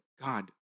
God